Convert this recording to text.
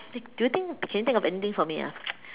do you do you think can you think of anything for me ah